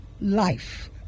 life